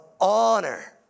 honor